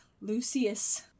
lucius